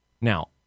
Now